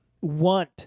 want